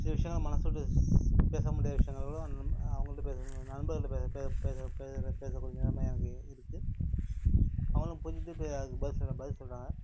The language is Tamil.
சில விஷயங்கள்லாம் மனது விட்டு ஸ் பேச முடியாத விஷயங்கள்லாம் நம்ம அவங்கள்ட்ட பேச நண்பர்கள்கிட்ட பே பே பேச பேசுகிற பேசக்கூடிய நிலமை அங்கே இருக்குது அவங்களும் புரிஞ்சுட்டு இப்போ அதுக்கு பதில் சொல்கிறான் பதில் சொல்கிறாங்க